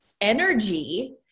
energy